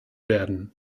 werden